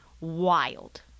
wild